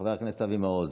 חבר הכנסת אבי מעוז,